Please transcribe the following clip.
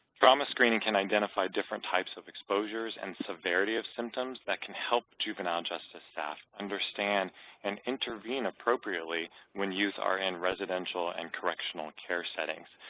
trauma screening can identify different types of exposures and severity of symptoms that can help juvenile justice staff understand and intervene appropriately when youth are in residential and correctional care settings.